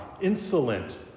insolent